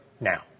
now